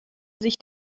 sich